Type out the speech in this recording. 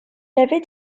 avait